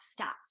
stats